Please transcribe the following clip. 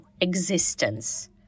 existence